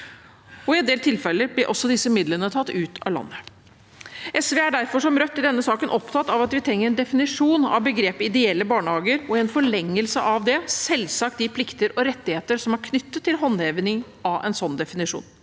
I en del tilfeller blir disse midlene også tatt ut av landet. Som Rødt er SV derfor i denne saken opptatt av at vi trenger en definisjon av begrepet ideelle barnehager, og i forlengelsen av det selvsagt de plikter og rettigheter som er knyttet til håndheving av en sånn definisjon.